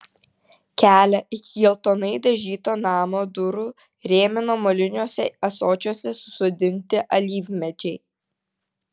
kelią iki geltonai dažyto namo durų rėmino moliniuose ąsočiuose susodinti alyvmedžiai